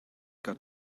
got